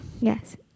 Yes